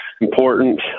important